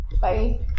Bye